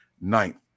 ninth